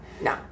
No